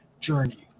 journey